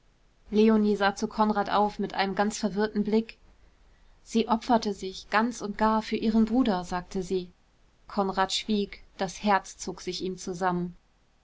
leonie sah zu konrad auf mit einem ganz verwirrten blick sie opferte sich ganz und gar für ihren bruder sagte sie konrad schwieg das herz zog sich ihm zusammen